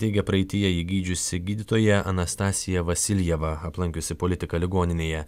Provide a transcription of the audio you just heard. teigia praeityje jį gydžiusi gydytoja anastasija vasiljeva aplankiusi politiką ligoninėje